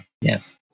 yes